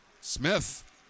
Smith